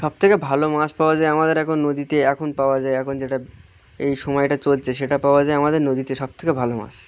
সব থেকে ভালো মাছ পাওয়া যায় আমাদের এখন নদীতে এখন পাওয়া যায় এখন যেটা এই সময়টা চলছে সেটা পাওয়া যায় আমাদের নদীতে সব থেকে ভালো মাছ